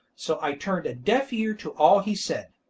so i turned a deaf ear to all he said.